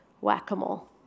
whack-a-mole